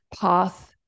path